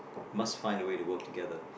must find a way to work together